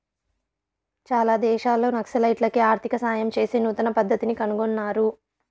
చాలా దేశాల్లో నక్సలైట్లకి ఆర్థిక సాయం చేసే నూతన పద్దతిని కనుగొన్నారు